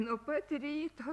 nuo pat ryto